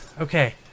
Okay